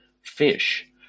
fish